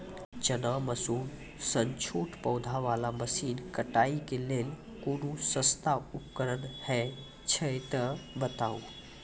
चना, मसूर सन छोट पौधा वाला फसल कटाई के लेल कूनू सस्ता उपकरण हे छै तऽ बताऊ?